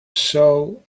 sew